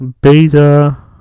beta